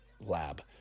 lab